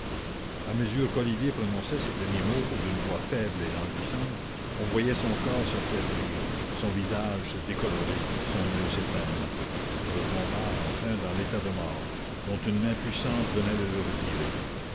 a mesure qu'olivier prononçait ces derniers mots d'une voix faible et languissante on voyait son corps se flétrir son visage se décolorer son oeil s'éteindre il retomba enfin dans l'état de mort dont une main puissante venait de le retirer